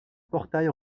portail